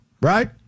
right